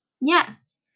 Yes